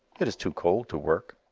it is too cold to work.